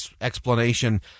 explanation